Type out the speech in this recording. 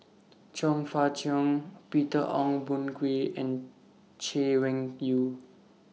Chong Fah Cheong Peter Ong Boon Kwee and Chay Weng Yew